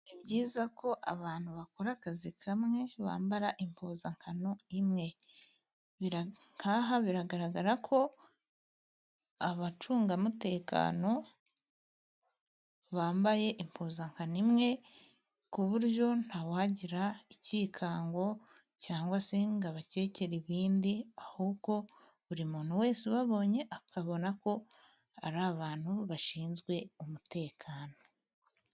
Ni byiza ko abantu bakora akazi kamwe bambara impuzankano imwe ,nk'aha biragaragara ko abacungamutekano bambaye impuzankano imwe ,ku buryo ntawagira icyikango cyangwa se ngo abakekere ibindi ,ahubwo buri muntu wese ubabonye ,akabona ko ari abantu bashinzwe umutekano.